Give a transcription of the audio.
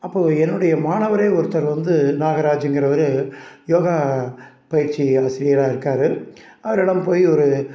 அப்போது என்னுடைய மாணவர் ஒருத்தர் வந்து நாகராஜுங்கிறவரு யோகா பயிற்சி ஆசிரியராக இருக்கார் அவரிடம் போய் ஒரு